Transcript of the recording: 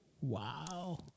Wow